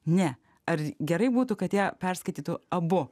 ne ar gerai būtų kad ją perskaitytų abu